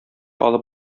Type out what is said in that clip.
алып